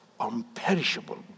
unperishable